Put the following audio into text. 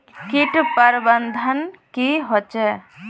किट प्रबन्धन की होचे?